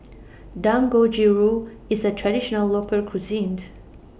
Dangojiru IS A Traditional Local Cuisine